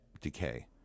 decay